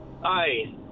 Hi